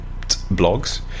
blogs